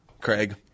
craig